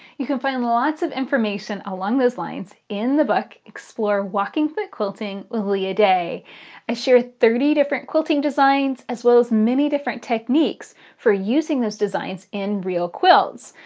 you can find lots of information along those lines in the book explore walking foot quilting with leah day i share thirty different quilting designs, as well as many different techniques for using those designs in real quilts,